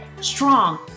strong